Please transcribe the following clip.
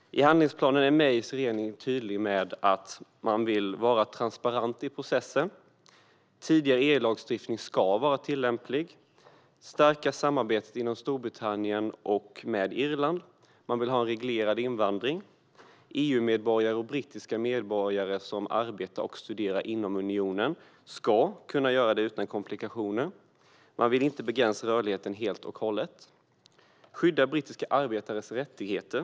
I handlingsplanen är Mays regering tydlig med att man vill vara transparent i processen. Tidigare EU-lagstiftning ska vara tillämplig. Man vill stärka samarbetet inom Storbritannien och med Irland. Man vill ha reglerad invandring. EU-medborgare och brittiska medborgare som arbetar och studerar inom unionen ska kunna fortsätta göra det utan komplikationer. Man vill inte begränsa rörligheten helt och hållet. Man vill skydda brittiska arbetares rättigheter.